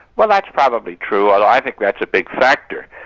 well that's probably true, although i think that's a big factor.